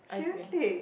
seriously